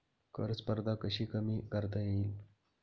कर स्पर्धा कशी कमी करता येईल?